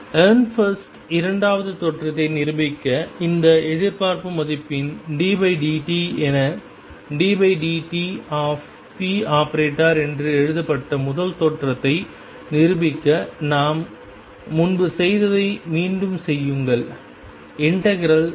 Ehrenfest இரண்டாவது தேற்றத்தை நிரூபிக்க இந்த எதிர்பார்ப்பு மதிப்பின்ddt என ddt⟨p⟩ என்று எழுதப்பட்ட முதல் தேற்றத்தை நிரூபிக்க நாம் முன்பு செய்ததை மீண்டும் செய்யுங்கள் i ∂ψ∂xdx